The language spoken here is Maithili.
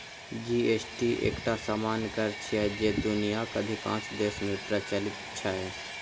जी.एस.टी एकटा सामान्य कर छियै, जे दुनियाक अधिकांश देश मे प्रचलित छै